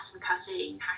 cutting